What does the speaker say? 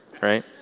right